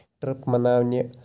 trap مَناونہِ